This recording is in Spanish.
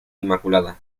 inmaculada